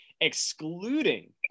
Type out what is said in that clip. Excluding